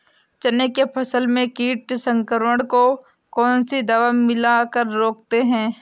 चना के फसल में कीट संक्रमण को कौन सी दवा मिला कर रोकते हैं?